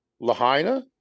lahaina